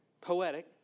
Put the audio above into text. poetic